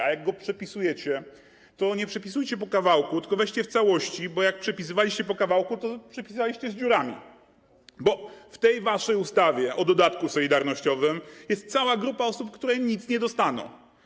A jak go przepisujecie, to nie przepisujcie po kawałku, tylko weźcie w całości, bo jak przepisywaliście po kawałku, to przepisaliście z dziurami, bo w tej waszej ustawie o dodatku solidarnościowym jest cała grupa osób, które nic nie dostaną.